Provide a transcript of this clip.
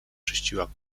czyściła